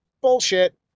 Bullshit